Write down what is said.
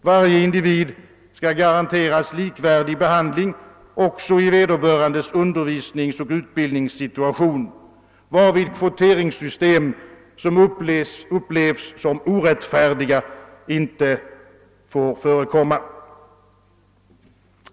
Varje individ skall garanteras likvärdig behandling också i vederbörandes undervisningsoch utbildningssituation, varvid kvoteringssystem som upplevs som orättfärdiga inte får förekomma.